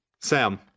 Sam